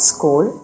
School